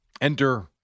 Enter